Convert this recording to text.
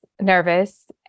nervous